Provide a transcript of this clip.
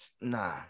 nah